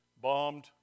bombed